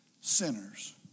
sinners